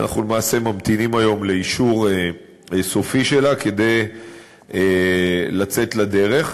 ואנחנו למעשה ממתינים היום לאישור סופי שלה כדי לצאת לדרך.